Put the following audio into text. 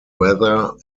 weather